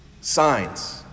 Signs